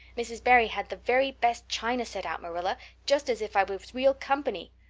mrs. barry had the very best china set out, marilla, just as if i was real company.